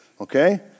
Okay